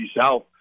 South